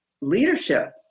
leadership